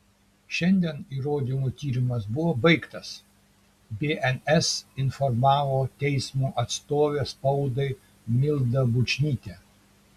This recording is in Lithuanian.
šiandien įrodymų tyrimas buvo baigtas bns informavo teismo atstovė spaudai milda bučnytė